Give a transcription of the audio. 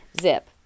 Zip